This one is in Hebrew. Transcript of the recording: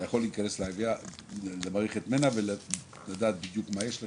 אתה יכול להיכנס למערכת מנ"ע ולדעת בדיוק מה יש לך,